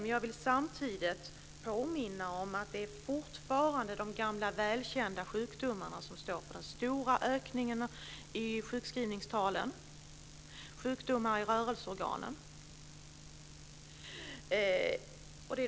Man jag vill samtidigt påminna om att det fortfarande är de gamla välkända sjukdomarna som står för den stora ökningen i sjukskrivningstalen.